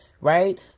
right